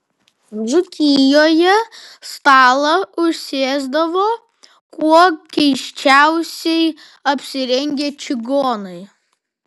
dzūkijoje stalą užsėsdavo kuo keisčiausiai apsirengę čigonai